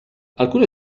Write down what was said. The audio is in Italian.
alcune